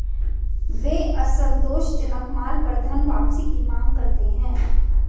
वे असंतोषजनक माल पर धनवापसी की मांग करते हैं